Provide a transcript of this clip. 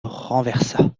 renversa